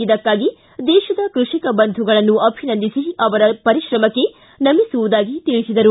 ಇದಕ್ಕಾಗಿ ದೇಶದ ಕೃಷಿಕ ಬಂಧುಗಳನ್ನು ಅಭಿನಂದಿಸಿ ಅವರ ಪರಿಶ್ರಮಕ್ಕೆ ನಮಿಸುವುದಾಗಿ ತಿಳಿಸಿದರು